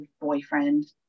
boyfriend